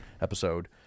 episode